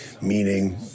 meaning